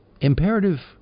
imperative